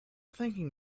thinking